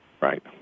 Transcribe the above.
Right